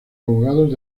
abogados